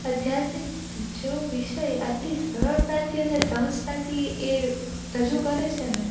અધ્યાત્મિક જેવો વિષય આટલી સરળતાથી અને સહજતાથી એ રજૂ કરે છે ને